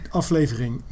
aflevering